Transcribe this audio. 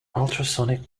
ultrasonic